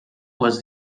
was